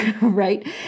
right